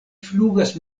flugas